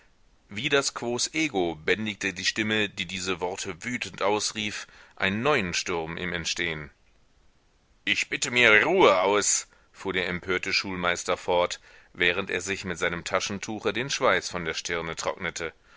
wie das quos ego bändigte die stimme die diese worte wütend ausrief einen neuen sturm im entstehen ich bitte mir ruhe aus fuhr der empörte schulmeister fort während er sich mit seinem taschentuche den schweiß von der stirne trocknete